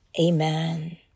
amen